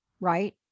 right